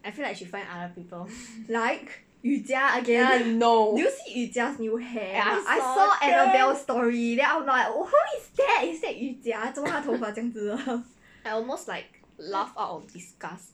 I feel like should find other people no I almost like laugh out of disgust